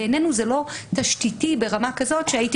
בעינינו זה לא תשתיתי ברמה כזאת שהייתי